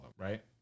right